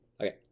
Okay